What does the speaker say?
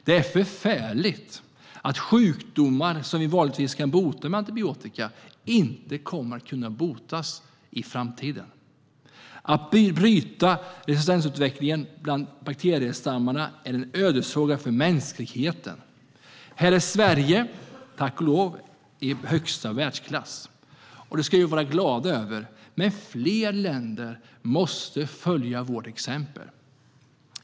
Det är förfärligt att sjukdomar som vi vanligtvis kan bota med antibiotika inte kommer att kunna botas i framtiden. Att bryta resistensutvecklingen bland bakteriestammarna är en ödesfråga för mänskligheten. Här är Sverige tack och lov i högsta världsklass, och det ska vi vara glada över. Men fler länder måste följa vårt exempel.